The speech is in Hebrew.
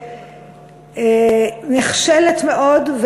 שהיא מחלקה נחשלת מאוד,